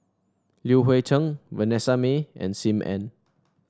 Li Hui Cheng Vanessa Mae and Sim Ann